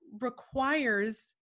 requires